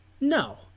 No